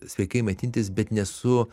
sveikai maitintis bet nesu